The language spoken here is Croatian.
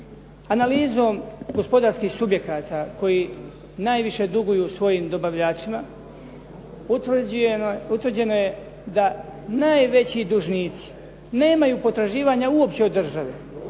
Analizom gospodarskih subjekata koji najviše duguju svojim dobavljačima utvrđeno je da najveći dužnici nemaju potraživanja uopće od države,